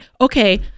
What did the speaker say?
Okay